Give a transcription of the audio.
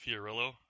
Fiorillo